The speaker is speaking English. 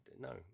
no